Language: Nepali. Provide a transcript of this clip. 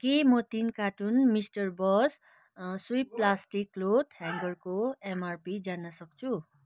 के म तिन cartoon mister bus swift plastic cloth ह्याङ्गरको एमआरपी जान्न सक्छु